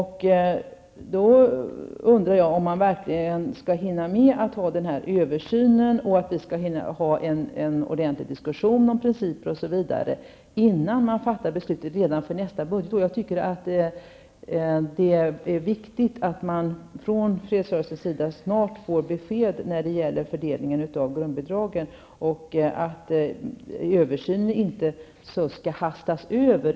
Hinner man verkligen göra denna översyn och föra en ordentlig diskussion om principerna, innan man fattar beslut för nästa budgetår? Det är angeläget att fredsorganisationerna snart får besked om fördelningen av grundbidragen. Översynen får inte jäktas fram.